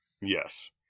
Yes